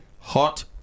Hot